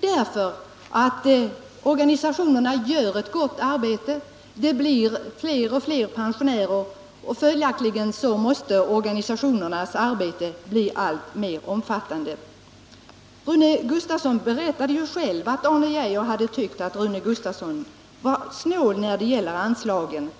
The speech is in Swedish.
därför att organisationerna gör ett gott arbete. Det blir fler och fler pensionärer, och följaktligen måste organisationernas arbete bli alltmer omfattande. Rune Gustavsson berättade ju själv att Arne Geijer hade tyckt att Rune Gustavsson var snål i fråga om anslagen.